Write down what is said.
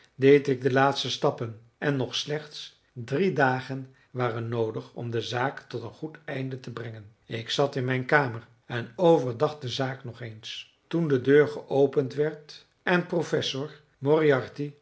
deed ik de laatste stappen en nog slechts drie dagen waren noodig om de zaak tot een goed einde te brengen ik zat in mijn kamer en overdacht de zaak nog eens toen de deur geopend werd en professor